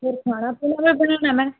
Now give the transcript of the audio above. ਫਿਰ ਖਾਣਾ ਖੂਣਾ ਵੀ ਬਣਾਉਣਾ ਮੈਂ